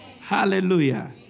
Hallelujah